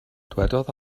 dywedodd